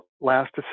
last